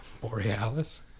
Borealis